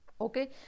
Okay